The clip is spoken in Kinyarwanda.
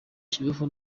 kibeho